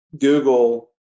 Google